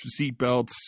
seatbelts